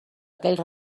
aquells